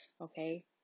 Okay